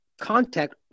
contact